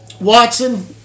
Watson